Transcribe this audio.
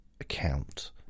account